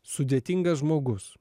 sudėtingas žmogus